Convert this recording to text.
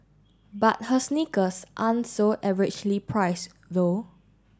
but her sneakers aren't so averagely priced though